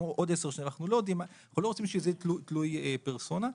אנחנו לא רוצים שזה יהיה תלוי פרסונה.